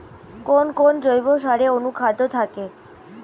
কোন কোন জৈব সারে অনুখাদ্য থাকে?